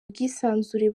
bwisanzure